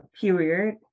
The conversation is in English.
period